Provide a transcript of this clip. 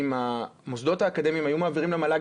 אם המוסדות האקדמיים היו מעבירים למל"ג